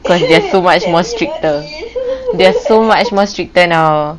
cause there are so much more stricter there are so much more stricter now